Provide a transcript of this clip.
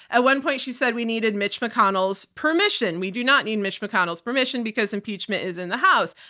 at one point she said we needed mitch mcconnell's permission. we do not need mitch mcconnell's permission because impeachment is in the house.